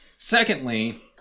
Secondly